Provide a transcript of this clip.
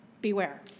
beware